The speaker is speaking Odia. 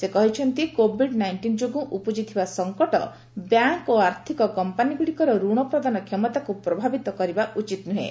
ସେ କହିଛନ୍ତି କୋବିଡ୍ ନାଇଷ୍ଟିନ୍ ଯୋଗୁଁ ଉପୁକ୍ତିଥିବା ସଙ୍କଟ ବ୍ୟାଙ୍କ୍ ଓ ଆର୍ଥିକ କମ୍ପାନୀଗୁଡ଼ିକର ଋଣ ପ୍ରଦାନ କ୍ଷମତାକୁ ପ୍ରଭାବିତ କରିବା ଉଚିତ ନୁହେଁ